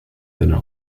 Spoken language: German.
seiner